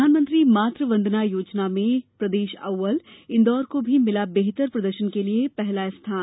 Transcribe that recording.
प्रधानमंत्री मातु वंदना योजना में प्रदेश अव्वल इंदौर को भी मिला बेहतर प्रदर्शन के लिये पहला स्थान